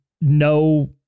no